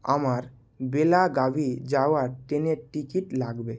আমার বেলাগাভি যাওয়ার ট্রেনের টিকিট লাগবে